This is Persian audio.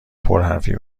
پرحرفی